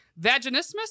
Vaginismus